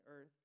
earth